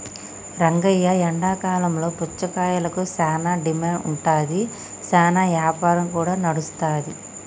రంగయ్య ఎండాకాలంలో పుచ్చకాయలకు సానా డిమాండ్ ఉంటాది, సానా యాపారం కూడా నడుస్తాది